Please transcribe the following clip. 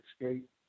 escape